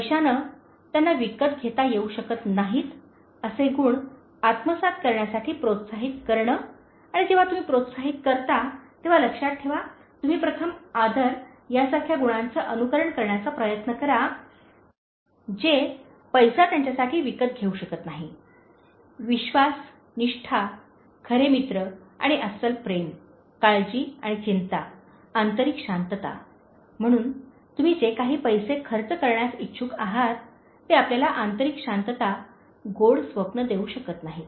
पैशाने त्यांना विकत घेता येऊ शकत नाहीत असे गुण आत्मसात करण्यासाठी प्रोत्साहित करणे आणि जेव्हा तुम्ही प्रोत्साहित करता तेव्हा लक्षात ठेवा तुम्ही प्रथम आदर यासारख्या गुणांचे अनुकरण करण्याचा प्रयत्न करा जे पैसा त्यांच्यासाठी विकत घेऊ शकत नाही विश्वास निष्ठा खरे मित्र आणि अस्सल प्रेम काळजी आणि चिंता आंतरिक शांतता म्हणून तुम्ही जे काही पैसे खर्च करण्यास इच्छुक आहात ते आपल्याला आंतरिक शांतता गोड स्वप्ने देऊ शकत नाहीत